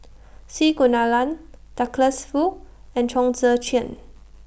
C Kunalan Douglas Foo and Chong Tze Chien